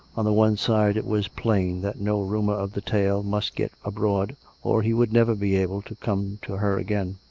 on the one side it was plain that no rumour of the tale must get abroad or he would never be able to come to her again